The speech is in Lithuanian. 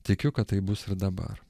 tikiu kad taip bus ir dabar